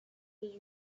was